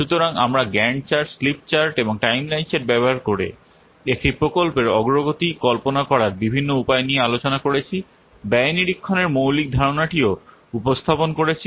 সুতরাং আমরা Gantt chart slip chart এবং টাইমলাইন চার্ট ব্যবহার করে একটি প্রকল্পের অগ্রগতি কল্পনা করার বিভিন্ন উপায় নিয়ে আলোচনা করেছি ব্যয় নিরীক্ষণের মৌলিক ধারণাটিও উপস্থাপন করেছি